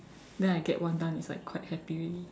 then I get one dan is like quite happy already